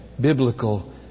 biblical